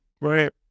right